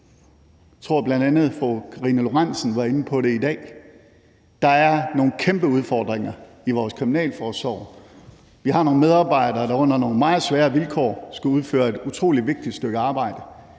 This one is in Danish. Jeg tror, at bl.a. fru Karina Lorentzen Dehnhardt var inde på det i dag. Der er nogle kæmpe udfordringer i vores Kriminalforsorg. Vi har nogle medarbejdere, der under nogle meget svære vilkår skal udføre et utrolig vigtigt stykke arbejde.